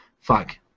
fuck